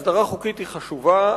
הסדרה חוקית היא חשובה,